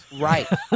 Right